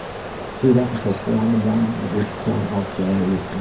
do that until four in the morning, at which point i'll say, ah,